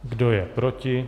Kdo je proti?